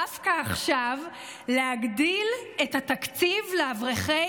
דווקא עכשיו להגדיל את התקציב לאברכי